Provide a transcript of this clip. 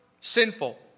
sinful